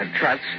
trust